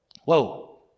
Whoa